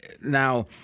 Now